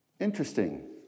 Interesting